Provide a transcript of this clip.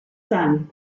son